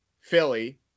Philly